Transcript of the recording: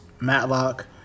Matlock